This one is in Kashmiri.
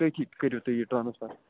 تٔتھی کٔرِو تُہۍ یہِ ٹرٛانٕسفَر